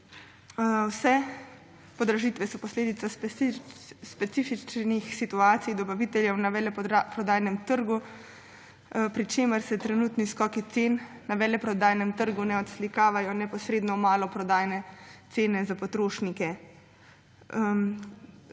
Vse podražitve so posledica specifičnih situacij dobaviteljev na veleprodajnem trgu, pri čemer se trenutni skoki cen na veleprodajnem trgu ne odslikavajo neposredno v maloprodajne cene za potrošnike.